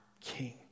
king